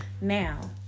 Now